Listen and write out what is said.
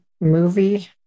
movie